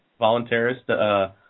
voluntarist